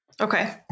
Okay